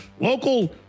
local